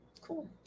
cool